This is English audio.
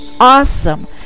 awesome